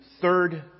third